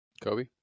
Kobe